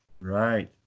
Right